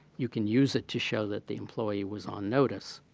you can use it to show that the employee was on notice.